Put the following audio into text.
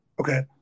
Okay